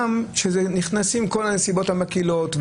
וגם שנכנסות כול הסיבות המקלות.